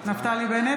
(קוראת בשם חבר הכנסת) נפתלי בנט,